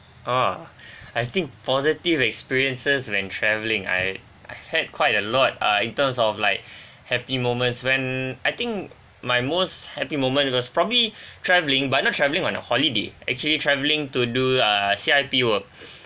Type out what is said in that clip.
uh I think positive experiences when travelling I I've had quite a lot ah in terms of like happy moments when I think my most happy moment it was probably travelling but not travelling on a holiday actually travelling to do ah C_R_P work